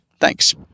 Thanks